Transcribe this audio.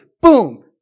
Boom